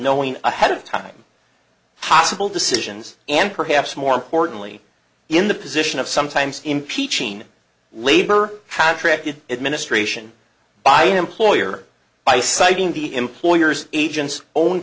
knowing ahead of time possible decisions and perhaps more importantly in the position of sometimes impeaching labor contracted it ministration by an employer by citing the employer's agent's own